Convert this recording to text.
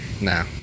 No